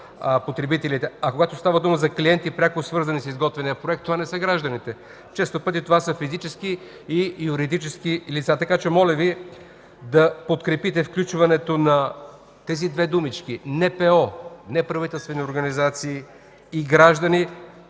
А когато става дума за клиенти, пряко свързани с изготвяния проект, това не са гражданите. Често пъти това са физически и юридически лица. Така че, моля Ви да подкрепите включването на тези две думички НПО – неправителствени организации, и граждани,